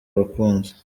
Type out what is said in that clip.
abakunzi